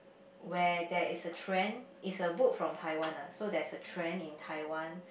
where there is a trend is a book from Taiwan lah so there is a trend in Taiwan